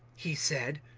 he said,